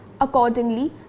Accordingly